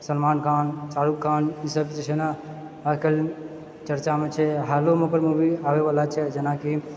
सलमान खान शारुखान ई सभ जे छै ने आइकाल्हि चर्चामे छै हालोमे ओकर मूवी आबै वला छै जेनाकि